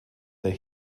that